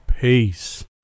Peace